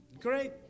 great